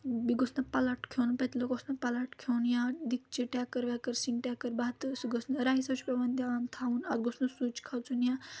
بیٚیہِ گوٚژھ نہٕ پَلَٹ کھیوٚن پٔتۍلہٕ گوٚژھ نہٕ پَلَٹ کھیوٚن یا دِکچہِ ٹٮ۪کٕر وٮ۪کر سِن ٹٮ۪کٕر بَتہٕ سُہ گوٚژھ نہٕ رایسَس چھُ پیٚوان دیان تھاوُن اَتھ گوٚژھ نہٕ سُچ کھسُن یا